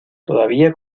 todavía